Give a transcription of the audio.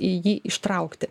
jį ištraukti